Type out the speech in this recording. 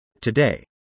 Today